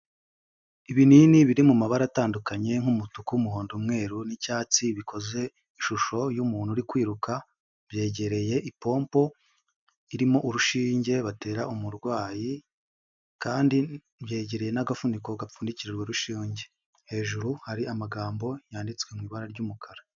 Ibinini biri mu mabara atandukanye nk'umutuku, umuhondo, umweru, n'icyatsi bikoze ishusho y'umuntu uri kwiruka byegereye ipopo irimo urushinge batera umurwayi, kandi byegereye n'agafuniko gapfundikira urwo rushinge hejuru hari amagambo yanditswe mu ibara ry'umukara.